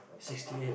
sixty eight